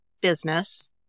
business